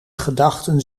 gedachten